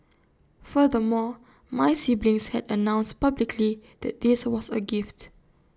furthermore my siblings had announced publicly that this was A gift